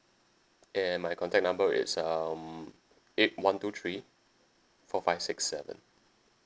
and my contact number is um eight one two three four five six seven